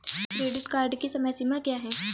Credit card की समय सीमा क्या है?